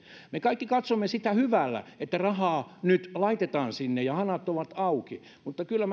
me kaikki katsomme hyvällä sitä että rahaa nyt laitetaan sinne ja hanat ovat auki mutta kyllä